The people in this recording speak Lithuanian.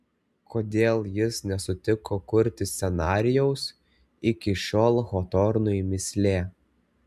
kodėl jis nesutiko kurti scenarijaus iki šiol hotornui mįslė